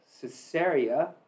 Caesarea